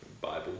Bible